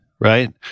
right